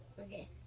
Okay